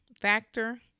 factor